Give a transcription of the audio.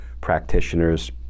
practitioners